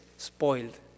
Spoiled